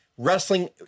wrestling